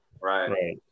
right